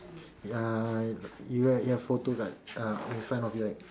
ya you got your photos kan ah in front of you right